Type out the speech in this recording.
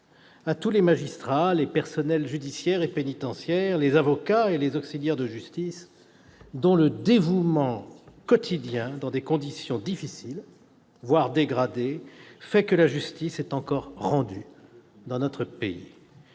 à tous les magistrats, aux personnels judiciaires et pénitentiaires, aux avocats et aux auxiliaires de justice dont le dévouement quotidien, dans des conditions difficiles, voire dégradées, fait que la justice est encore rendue dans notre pays.